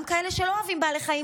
גם כאלה שלא אוהבים בעלי חיים,